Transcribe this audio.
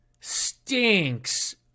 stinks